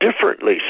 differently